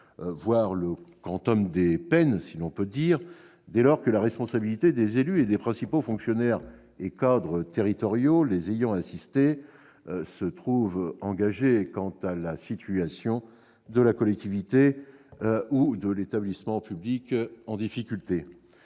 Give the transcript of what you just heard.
voire le quantum des peines, si l'on peut dire, dès lors que la responsabilité des élus et des principaux fonctionnaires et cadres territoriaux les ayant assistés se trouve engagée quant à la situation de la collectivité ou de l'établissement public en difficulté.